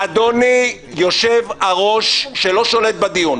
אדוני יושב-הראש שלא שולט בדיון,